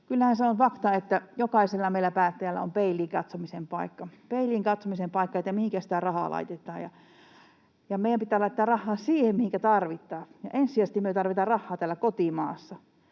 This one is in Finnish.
kyllähän se on fakta, että jokaisella meillä päättäjällä on peiliin katsomisen paikka, peiliin katsomisen paikka, mihinkä sitä rahaa laitetaan. Meidän pitää laittaa rahaa siihen, mihinkä tarvitaan, ja ensisijaisesti me tarvitaan rahaa täällä kotimaassa.